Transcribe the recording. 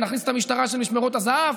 ונכניס את המשטרה של משמרות הזה"ב.